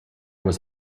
was